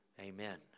Amen